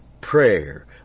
prayer